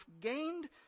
gained